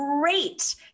great